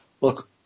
look